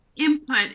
input